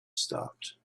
stopped